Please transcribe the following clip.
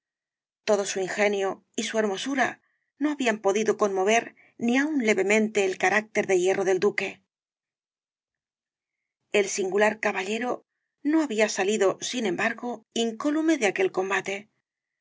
todo su ingenio y su hermosura no habían podido conmover ni aun levemente el carácter de hierro del duque el singular caballero no había salido sin embargo incólume de aquel combate